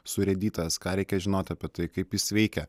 surėdytas ką reikia žinoti apie tai kaip jis veikia